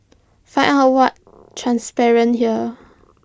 find out what transpired here